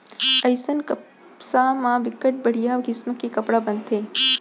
अइसन कपसा म बिकट बड़िहा किसम के कपड़ा बनथे